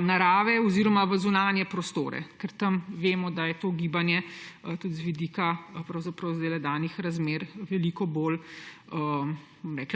naravo oziroma v zunanje prostore, ker tam vemo, da je gibanje tudi z vidika danih razmer veliko bolj